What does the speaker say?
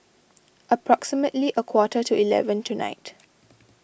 approximately a quarter to eleven tonight